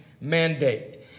mandate